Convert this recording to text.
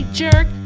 jerk